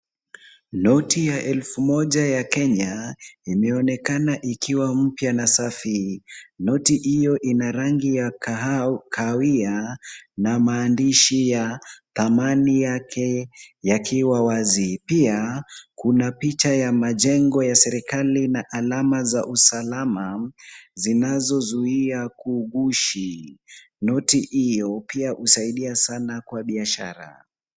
Noti ya elfu moja ya Kenya imeonekana ikiwa mpya na safi. Noti hiyo ina rangi ya kahawia na maandishi ya thamani yake yakiwa wazi. Pia, kuna picha ya majengo ya serikali na alama za usalama zinazozuia kughushi. Noti hiyo pia husaidia sana kwa biashara.